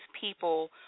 people